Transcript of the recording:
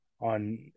on